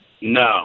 No